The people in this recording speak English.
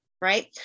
right